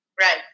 Right